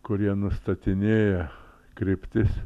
kurie nustatinėja kryptis